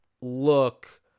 look